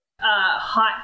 hot